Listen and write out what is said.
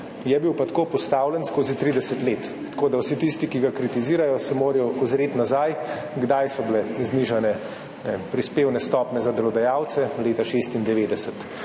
je bil pa tako postavljen skozi 30 let. Vsi tisti, ki ga kritizirajo, se morajo ozreti nazaj. Kdaj so bile znižane prispevne stopnje za delodajalce? Leta 1996.